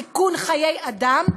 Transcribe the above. סיכון חיי אדם,